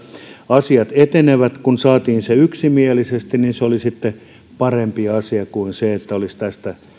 asiat etenevät kun saatiin se yksimielisesti niin se oli parempi asia kuin se että se olisi tästä